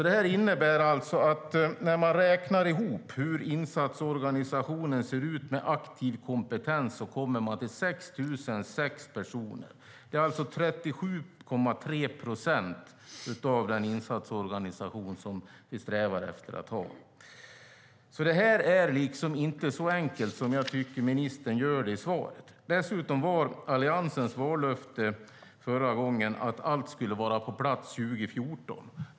Det innebär att när man räknar ihop hur insatsorganisationen ser ut med aktiv kompetens kommer man till 6 006 personer. Det är alltså 37,3 procent av den insatsorganisation som vi strävar efter att ha. Detta är alltså inte så enkelt som jag tycker att ministern gör det till i svaret. Dessutom var Alliansens vallöfte förra gången att allt skulle vara på plats 2014.